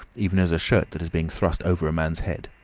even as a shirt that is being thrust over a man's head.